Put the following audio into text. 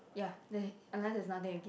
ya unless there's nothing to gain